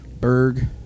Berg